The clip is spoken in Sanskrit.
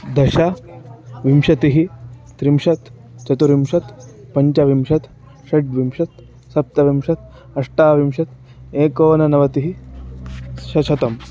दश विंशतिः त्रिंशत् चतुर्विंशतिः पञ्चविंशतिः षड्विंशतिः सप्तविंशतिः अष्टाविंशतिः एकोननवतिः शतम्